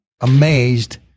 amazed